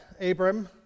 Abram